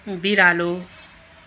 बिरालो